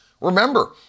Remember